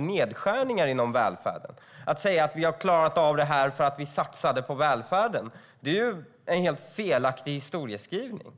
nedskärningar inom välfärden. Att säga att vi har klarat av detta för att vi satsade på välfärden är en helt felaktig historieskrivning.